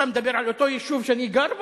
אתה מדבר על אותו היישוב שאני גר בו?